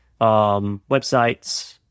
websites